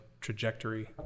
trajectory